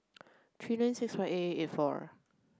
three nine six one eight eight eight four